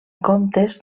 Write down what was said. comptes